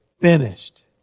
finished